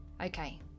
Okay